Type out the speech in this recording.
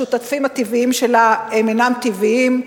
השותפים הטבעיים שלה אינם טבעיים,